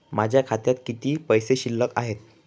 माझ्या खात्यात किती पैसे शिल्लक आहेत?